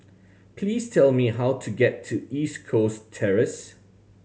please tell me how to get to East Coast Terrace